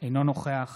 אינו נוכח